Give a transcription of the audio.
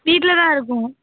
வீட்டில்தான் இருப்போம்